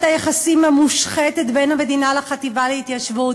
היחסים המושחתת בין המדינה לחטיבה להתיישבות.